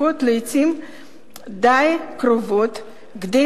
לעתים די קרובות הכנסותיהם אינן מספיקות כדי